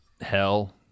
hell